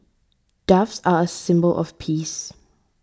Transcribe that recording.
doves are a symbol of peace